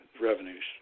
revenue's